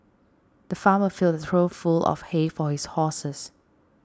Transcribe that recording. the farmer filled a trough full of hay for his horses